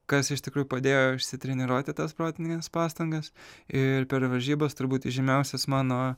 kas iš tikrųjų padėjo išsitreniruoti tas protines pastangas ir per varžybas turbūt įžymiausias mano